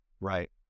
right